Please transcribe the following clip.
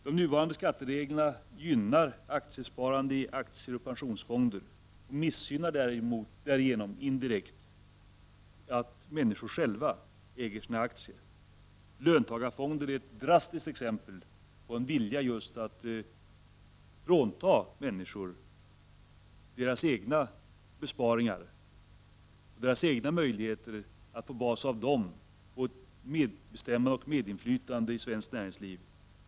De nuvarande skattereglerna gynnar aktiesparande i aktieoch pensionsfonder och missgynnar därigenom indirekt att människor själva äger sina aktier. Löntagarfonderna är ett drastiskt exempel på en vilja att frånta människor deras egna besparingar, deras egna möjligheter att på den basen få ett medbestämmande och medinflytande i svenskt näringsliv.